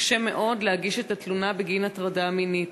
קשה מאוד להגיש את התלונה בגין הטרדה מינית.